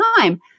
time